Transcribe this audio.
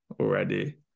already